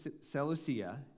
Seleucia